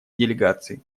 делегации